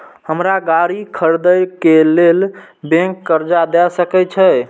हमरा गाड़ी खरदे के लेल बैंक कर्जा देय सके छे?